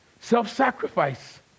Self-sacrifice